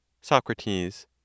Socrates